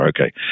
Okay